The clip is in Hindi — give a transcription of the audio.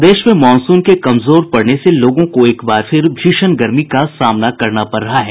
प्रदेश में मॉनसून के कमजोर पड़ने से लोगों को एक बार फिर भीषण गर्मी का सामना करना पड़ रहा है